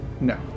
No